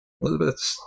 Elizabeth